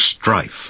strife